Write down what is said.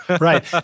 Right